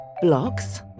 Blocks